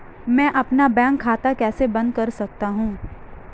मैं अपना बैंक खाता कैसे बंद कर सकता हूँ?